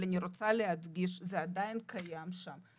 אבל אני רוצה להדגיש שזה עדיין קיים שם,